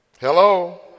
Hello